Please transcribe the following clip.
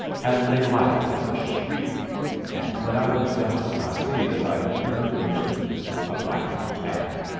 and they laugh and shriek and when i looks down i see that i have turned into a black-and-tan.